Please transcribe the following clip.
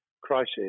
crisis